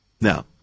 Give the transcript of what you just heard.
Now